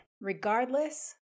Regardless